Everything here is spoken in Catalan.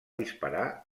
disparar